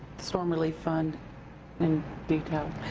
storm relief fund and details.